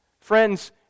Friends